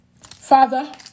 father